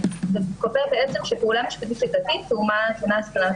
קובע בעצם --- ומה --- נציגו.